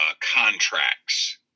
contracts